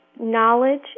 knowledge